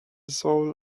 soul